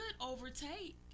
overtake